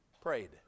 prayed